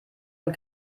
und